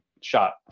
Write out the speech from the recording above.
shot